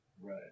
Right